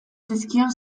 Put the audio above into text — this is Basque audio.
zizkion